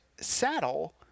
saddle